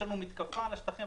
יש לנו מתקפה על השטחים הפתוחים,